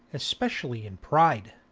especially in pride.